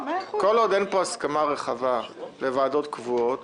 כל עוד אין פה הסכמה רחבה לוועדות קבועות